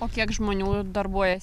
o kiek žmonių darbuojas